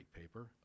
paper